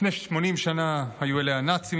לפני 80 שנה היו אלה הנאצים,